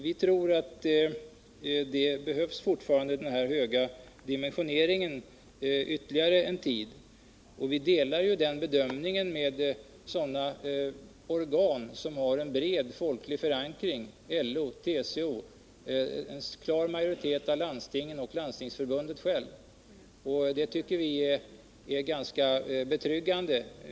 Vi tror att den här höga dimensioneringen behövs ytterligare en tid. Den bedömningen delar vi med organ som har en bred folklig förankring: LO, TCO, en klar majoritet av landstingen och Landstingsförbundet självt. Det tycker vi är betryggande.